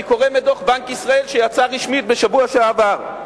אני קורא מדוח בנק ישראל שיצא רשמית בשבוע שעבר: